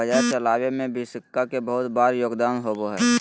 बाजार चलावे में सिक्का के बहुत बार योगदान होबा हई